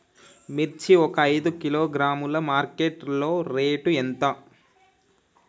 మిర్చి ఒక ఐదు కిలోగ్రాముల మార్కెట్ లో రేటు ఎంత?